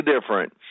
different